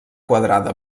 quadrada